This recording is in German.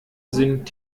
sind